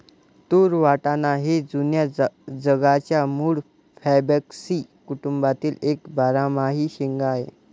तूर वाटाणा हे जुन्या जगाच्या मूळ फॅबॅसी कुटुंबातील एक बारमाही शेंगा आहे